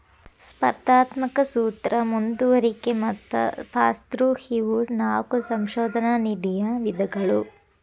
ಸ್ಪರ್ಧಾತ್ಮಕ ಸೂತ್ರ ಮುಂದುವರಿಕೆ ಮತ್ತ ಪಾಸ್ಥ್ರೂ ಇವು ನಾಕು ಸಂಶೋಧನಾ ನಿಧಿಯ ವಿಧಗಳು